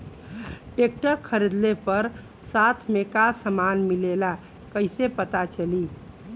Tractor खरीदले पर साथ में का समान मिलेला कईसे पता चली?